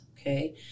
okay